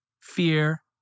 fear